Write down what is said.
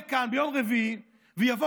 ביום רביעי הוא יהיה כאן,